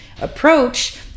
approach